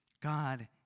God